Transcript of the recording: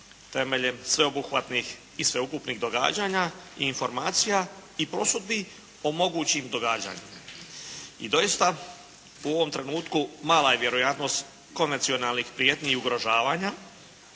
temeljem sveobuhvatnih i sveukupnih događanja, informacija i prosudbi o mogućim događanjima. I doista, u ovom trenutku mala je vjerojatnost konvencionalnih prijetnji i ugrožavanja